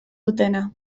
dutena